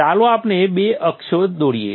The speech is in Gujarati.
ચાલો આપણે બે અક્ષો દોરીએ